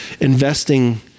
investing